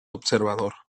observador